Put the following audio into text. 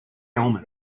helmet